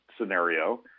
scenario